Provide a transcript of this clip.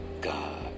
God